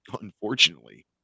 Unfortunately